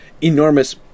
enormous